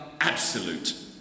Absolute